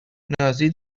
نازی